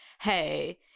hey